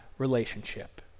Relationship